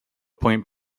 point